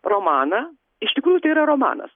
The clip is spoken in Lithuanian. romaną iš tikrųjų tai yra romanas